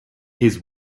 his